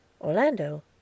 Orlando